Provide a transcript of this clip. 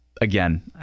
Again